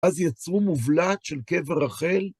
אז יצרו מובלעת של קבר רחל.